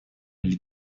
или